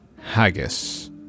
haggis